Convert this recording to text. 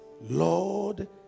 Lord